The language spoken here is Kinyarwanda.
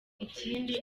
ikindi